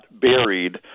buried